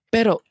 Pero